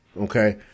Okay